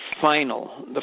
final